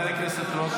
התייחסתי אליך